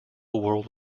world